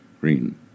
Green